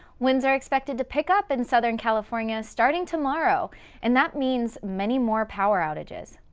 winds are expected to pick up in southern california starting tomorrow and that means many more power outages.